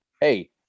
hey